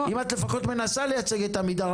אם את לפחות מנסה לייצג את עמידר,